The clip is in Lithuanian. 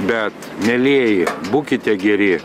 bet mielieji būkite geri